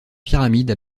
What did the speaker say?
pyramide